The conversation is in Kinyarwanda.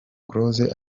close